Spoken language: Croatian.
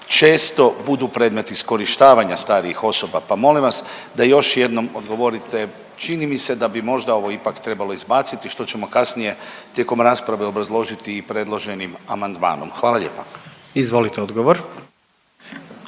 često budu predmet iskorištavanja starijih osoba. Pa molim vas da još jednom odgovorite, čini mi se da bi možda ovo ipak trebalo izbaciti, što ćemo kasnije tijekom rasprave obrazložiti i predloženim amandmanom. Hvala lijepa. **Jandroković,